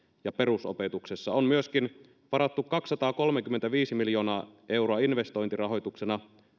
ja perusopetuksessa on myöskin varattu kaksisataakolmekymmentäviisi miljoonaa euroa investointirahoituksena